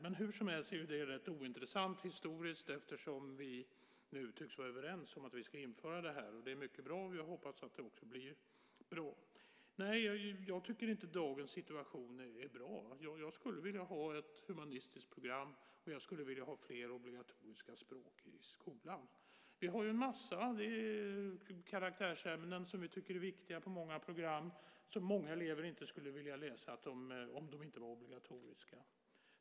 Men hur som helst så är det rätt ointressant historiskt eftersom vi nu tycks vara överens om att vi ska införa detta. Det är mycket bra, och jag hoppas att det också blir bra. Jag tycker inte att dagens situation är bra. Jag skulle vilja ha ett humanistiskt program, och jag skulle vilja ha fler obligatoriska språk i skolan. Vi har en mängd karaktärsämnen som vi tycker är viktiga på många program men som många elever inte skulle vilja läsa om de inte var obligatoriska.